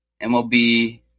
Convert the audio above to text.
MLB